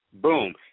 boom